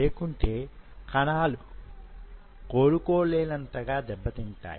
లేకుంటే కణాలు కోలుకోలేనంతగా దెబ్బ తింటాయి